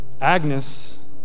Agnes